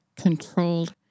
controlled